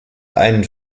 einen